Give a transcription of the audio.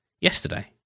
yesterday